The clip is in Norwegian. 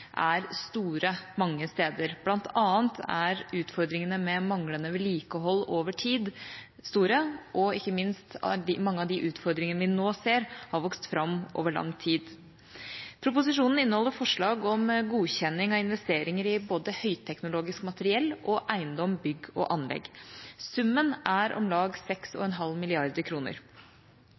er store mange steder. Blant annet er utfordringene med manglende vedlikehold over tid store, og ikke minst har mange av de utfordringene vi nå ser, vokst fram over lang tid. Proposisjonen inneholder forslag om godkjenning av investeringer i både høyteknologisk materiell og eiendom, bygg og anlegg. Summen er om lag